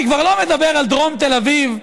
אני כבר לא מדבר על דרום תל אביב,